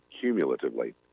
cumulatively